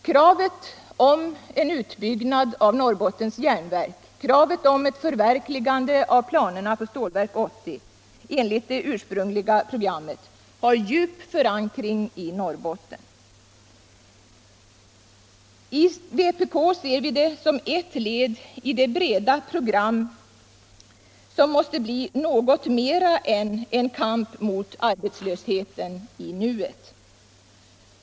Kravet på en utbyggnad av Norrbottens Järnverk och kravet på ett förverkligande av planerna på Stålverk 80 enligt det ursprungliga programmet har djup förankring i Norrbotten. I vpk ser vi det som ett led i det breda program som måste bli något mera än en kamp mot arbetslösheten i nuet.